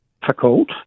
difficult